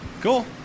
cool